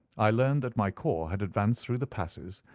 i learned that my corps had advanced through the passes,